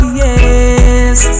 yes